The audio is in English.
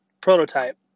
prototype